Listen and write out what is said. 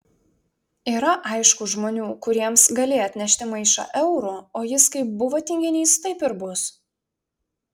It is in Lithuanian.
yra aišku žmonių kuriems gali atnešti maišą eurų o jis kaip buvo tinginys taip ir bus